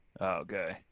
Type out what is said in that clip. Okay